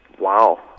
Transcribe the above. wow